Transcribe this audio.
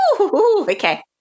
Okay